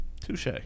Touche